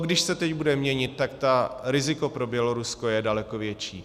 Když se to teď bude měnit, tak to riziko pro Bělorusko je daleko větší.